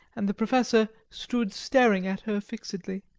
and the professor stood staring at her fixedly